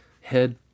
head